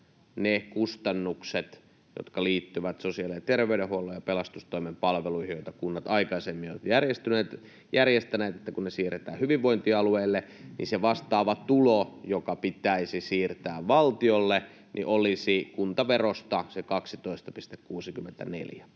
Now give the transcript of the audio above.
ne kustannukset, jotka liittyvät sosiaali- ja terveydenhuollon ja pelastustoimen palveluihin, joita kunnat aikaisemmin ovat järjestäneet, ja kun ne siirretään hyvinvointialueille, niin se vastaava tulo, joka pitäisi siirtää valtiolle, olisi kuntaverosta se 12,64.